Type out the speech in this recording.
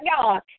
God